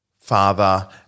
father